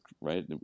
right